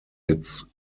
its